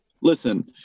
listen